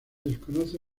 desconoce